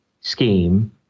scheme